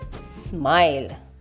SMILE